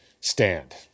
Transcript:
stand